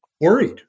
worried